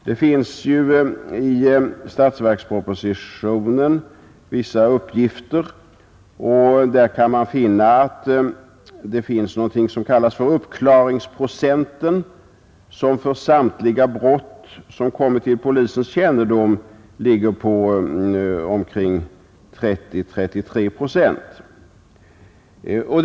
Det finns ju i statsverkspropositionen vissa uppgifter om detta, och där kan man finna att det finns någonting som kallats för uppklaringsprocent, som för samtliga brott som kommit till polisens kännedom är omkring 30 till 33 procent.